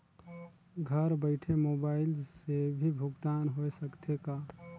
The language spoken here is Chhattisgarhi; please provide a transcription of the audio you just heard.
घर बइठे मोबाईल से भी भुगतान होय सकथे का?